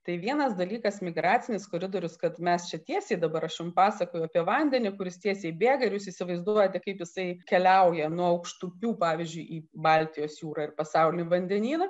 tai vienas dalykas migracinis koridorius kad mes čia tiesiai dabar aš jums pasakojau apie vandenį kuris tiesiai bėga ir jūs įsivaizduojate kaip jisai keliauja nuo aukštupių pavyzdžiui į baltijos jūrą ir pasaulinį vandenyną